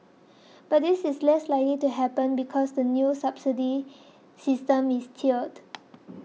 but this is less likely to happen because the new subsidy system is tiered